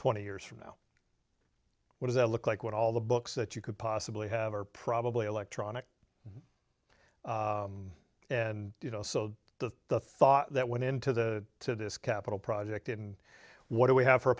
twenty years from now what does it look like when all the books that you could possibly have are probably electronic and you know so the thought that went into the to this capital project and what do we have for a